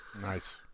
nice